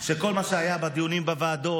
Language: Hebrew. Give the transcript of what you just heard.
של כל מה שהיה בדיונים בוועדות,